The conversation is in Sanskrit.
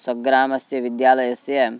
स्वग्रामस्य विद्यालयस्य